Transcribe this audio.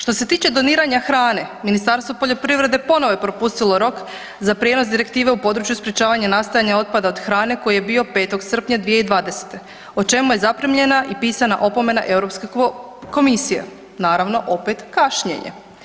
Što se tiče doniranja hrane, Ministarstvo poljoprivrede ponovo je propustilo rok za prijenos Direktive u području sprečavanja nastajanja otpada od hrane koji je bio 5. srpnja 2020. o čemu je zaprimljena i pisana opomena Europske komisije, naravno opet kašnjenje.